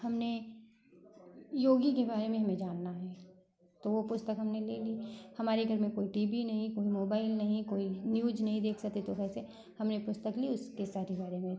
हमने योगी के बारे में हमें जानना है तो वो पुस्तक हमने ले ली हमारे घर में कोई टी वी नहीं कोई मोबाइल नहीं कोई न्यूज नहीं देख सकता हमने पुस्तक ली उसके साथ ही बारे में